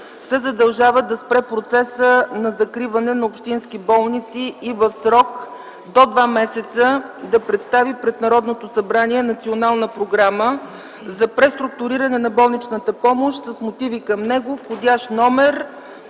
се задължава да спре процеса на закриване на общински болници и в срок до два месеца да представи пред Народното събрание Национална програма за преструктуриране на болничната помощ, с мотиви към него, вх. №